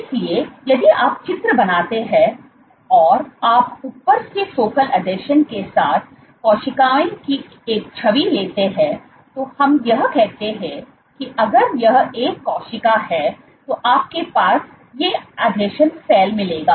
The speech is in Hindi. इसलिए यदि आप चित्र बनाते हैं और आप ऊपर से फोकल आसंजन के साथ कोशिकाओं की एक छवि लेते हैं तो हम यह कहते हैं कि अगर यह एक कोशिका है तो आपके पास ये आसंजन फैल मिलेगा